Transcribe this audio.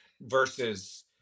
versus